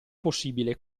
possibile